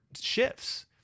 shifts